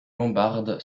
lombarde